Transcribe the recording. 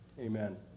Amen